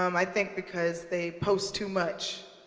um i think because they post too much,